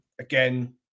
again